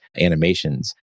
animations